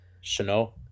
Chanel